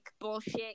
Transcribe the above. bullshit